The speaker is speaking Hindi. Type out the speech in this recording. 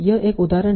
यह एक उदाहरण है